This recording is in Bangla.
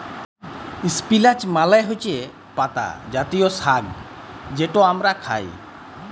ইস্পিলাচ মালে হছে পাতা জাতীয় সাগ্ যেট আমরা খাই